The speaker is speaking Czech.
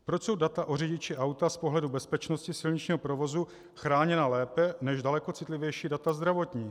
Proč jsou data o řidiči auta z pohledu bezpečnosti silničního provozu chráněna lépe než daleko citlivější data zdravotní?